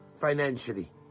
financially